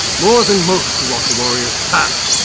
more than most who walk the warrior's path!